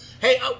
Hey